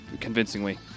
convincingly